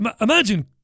imagine